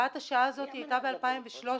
הוראת השעה הייתה ב-2013,